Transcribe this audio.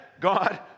God